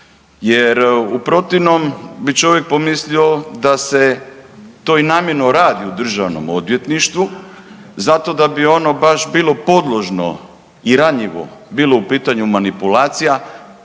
jer u protivnom bi čovjek pomislio da se to i namjerno radi u državnom odvjetništvu zato da bi ono baš bilo podložno i ranjivo bilo u pitanju manipulacija,